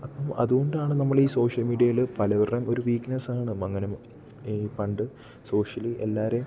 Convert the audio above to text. അപ്പം അതുകൊണ്ടാണ് നമ്മൾ ഈ സോഷ്യൽ മീഡിയയിൽ പലവരെയും ഒരു വീക്ക്നെസ്സ് ആണ് മങ്ങനം ഈ പണ്ട് സോഷ്യലി എല്ലാവരേയും